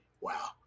Wow